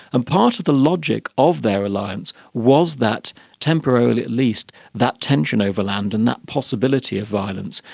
and part of the logic of their alliance was that temporarily at least, that tension over land and that possibility of violence,